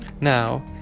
Now